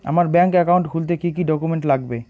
আমার bank account খুলতে কি কি ডকুমেন্ট লাগবে?